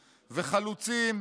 וחלוצים,